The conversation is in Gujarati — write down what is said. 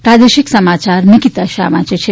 પ્રાદેશિક સમાચાર નિકીતા શાહ વાંચે છે